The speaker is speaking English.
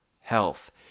health